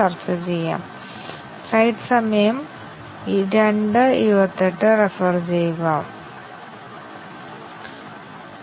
രണ്ടാമത്തെ ടെസ്റ്റ് കേസിൽ എനിക്ക് ഇത് തെറ്റാണെന്നും ഇത് ശരിയാണെന്നും എനിക്ക് പറയാൻ കഴിയും